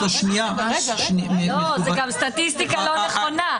זו סטטיסטיקה לא נכונה.